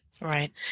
Right